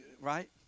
Right